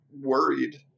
worried